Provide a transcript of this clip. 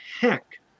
heck